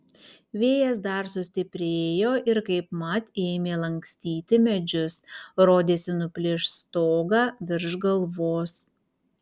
vėjas dar sustiprėjo ir kaipmat ėmė lankstyti medžius rodėsi nuplėš stogą virš galvos